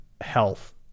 health